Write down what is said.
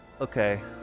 okay